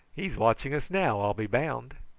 he's watching us now, i'll be bound.